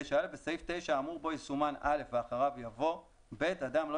(9א) בסעיף 9 האמור בו יסומן "(א)" ואחריו יבוא: "(ב) אדם לא